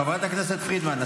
חברת הכנסת פרידמן,